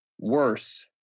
worse